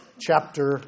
chapter